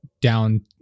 down